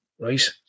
right